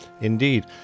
Indeed